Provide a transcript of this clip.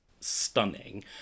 stunning